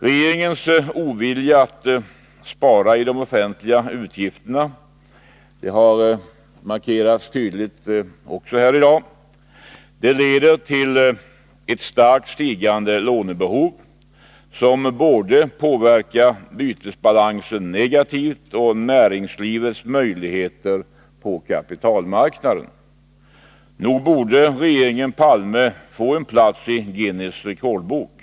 Regeringens ovilja att spara i de offentliga utgifterna — det har markerats tydligt här i dag — leder till ett starkt stigande lånebehov, som negativt påverkar både bytesbalansen och näringslivets möjligheter på kapitalmarknaden. Nog borde regeringen Palme få en plats i Guinness rekordbok.